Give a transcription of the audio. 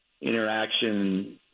interaction